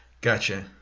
Gotcha